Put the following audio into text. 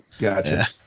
Gotcha